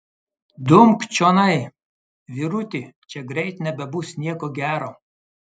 dumk čionai vyruti čia greit nebebus nieko gero